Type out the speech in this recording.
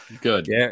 Good